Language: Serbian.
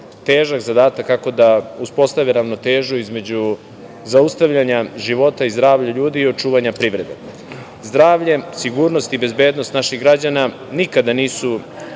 težak zadatak, kako da uspostave ravnotežu između zaustavljanja života i zdravlja ljudi i očuvanje privrede. Zdravlje, sigurnost i bezbednost naših građana nikada nisu